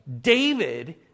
David